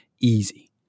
easy